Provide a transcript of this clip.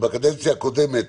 שבקדנציה הקודמת